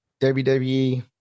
WWE